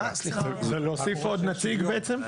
להוסיף עוד נציג בעצם?